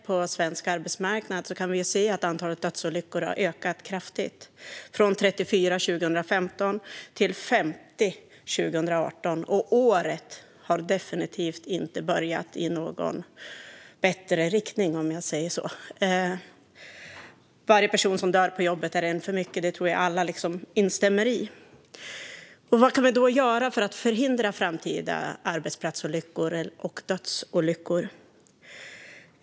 På svensk arbetsmarknad har antalet dödsolyckor ökat kraftigt: från 34 år 2015 till 50 år 2018. Dessutom har innevarande år definitivt inte börjat med någon bättre riktning. Varje person som dör på jobbet är en för mycket - det tror jag att alla instämmer i. Vad kan vi då göra för att förhindra framtida arbetsplatsolyckor och dödsolyckor?